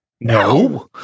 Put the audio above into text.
No